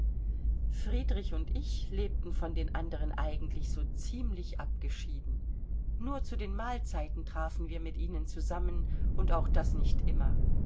friedrich und ich lebten von den anderen eigentlich so ziemlich abgeschieden nur zu den mahlzeiten trafen wir mit ihnen zusammen und auch das nicht immer